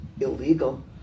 illegal